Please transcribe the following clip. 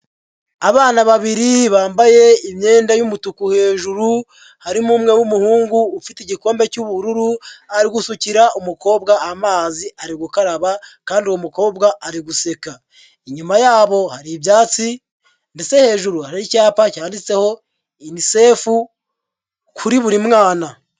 Abana babiri bambaye imyenda y'umutuku hejuru, harimo umwe w'umuhungu ufite igikombe cy'ubururu ari gusukira umukobwa amazi ari gukaraba kandi uwo mukobwa ari guseka, inyuma yabo hari ibyatsi ndetse hejuru hari icyapa cyanditseho UNICEF kuri buri mwana.